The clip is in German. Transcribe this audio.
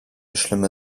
schlimme